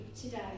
today